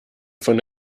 von